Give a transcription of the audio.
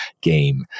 game